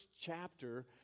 chapter